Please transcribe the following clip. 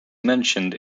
mentioned